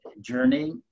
journey